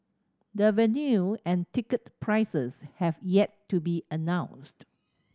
the venue and ticket prices have yet to be announced